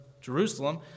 Jerusalem